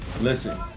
Listen